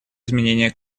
изменения